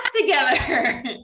together